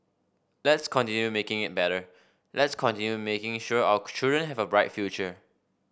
let's continue making it better let's continue making sure our children have a bright future